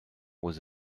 was